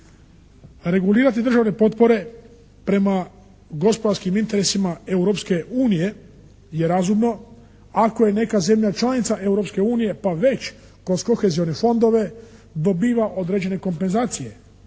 regulirati državne potpore prema gospodarskim interesima Europske unije je razumno ako je neka zemlja članica Europske unije pa već kroz kohezione fondove dobiva određene kompenzacije.